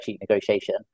negotiation